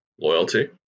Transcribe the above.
Loyalty